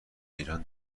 ایران